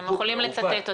אתם יכולים לצטט אותי.